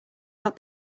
out